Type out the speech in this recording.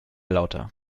lauter